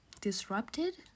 disrupted